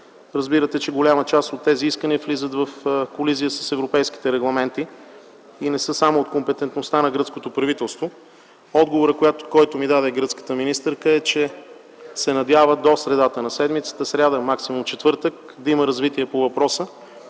разбирате, че голяма част от тези искания влизат в колизия с европейските регламенти и не са само от компетентността на гръцкото правителство. Отговорът, който ми даде тя, е, че се надява до средата на седмицата – в сряда, максимум в четвъртък, да има развитие по въпроса